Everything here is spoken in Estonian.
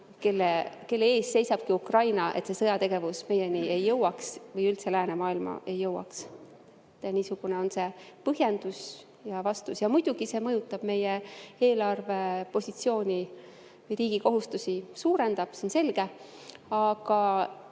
kelle ees seisabki Ukraina, et see sõjategevus meieni või üldse läänemaailma ei jõuaks. Niisugune on see põhjendus ja vastus. Ja muidugi see mõjutab meie eelarve positsiooni või suurendab riigi kohustusi, see on selge, aga